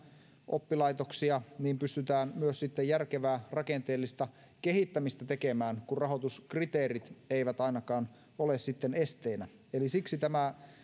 oppilaitoksia pystytään myös sitten järkevää rakenteellista kehittämistä tekemään kun rahoituskriteerit eivät ainakaan ole esteenä eli siksi tämä